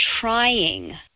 trying